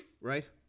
right